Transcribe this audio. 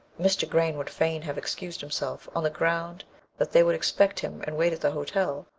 mr. green would fain have excused himself, on the ground that they would expect him and wait at the hotel,